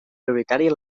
prioritària